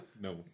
No